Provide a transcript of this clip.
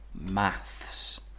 Maths